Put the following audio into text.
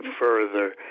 further